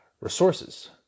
Resources